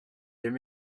there